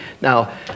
Now